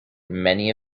many